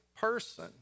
person